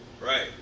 Right